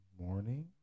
morning